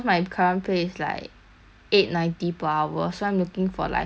eight ninety per hour so I'm looking for like nine or ten dollars